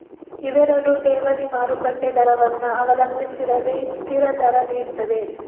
ಇವೆರಡು ಠೇವಣಿ ಮಾರುಕಟ್ಟೆ ದರವನ್ನ ಅವಲಂಬಿಸಿರದೆ ಸ್ಥಿರ ದರ ನೀಡ್ತದೆ